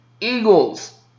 Eagles